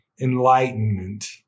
enlightenment